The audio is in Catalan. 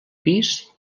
pis